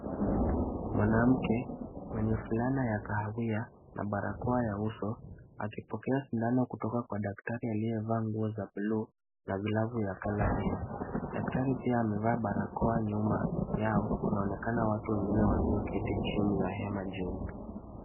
Mwanamke mwenye fulana ya kahawia na barakoa ya uso akipokea sindano kutoka kwa daktari aliyevaa nguo za buluu na glavu ya colour hiyo, daktari pia amevaa barakoa. Nyuma yao kunaonekana watu wengine walioketi chini ya hema jeupe.